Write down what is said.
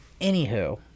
Anywho